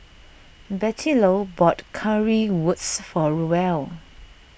Bettylou bought Currywurst for Roel